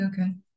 Okay